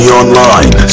online